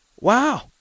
Wow